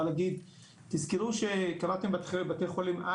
תזכרו שקראתם לבתי חולים,